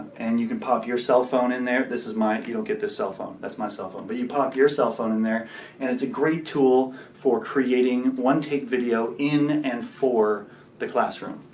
and you can pop your cell phone in there. this is mine, you don't get this cell phone. that's my cell phone. but you pop your cell phone in there and it's a great tool for creating one-take video in and for the classroom.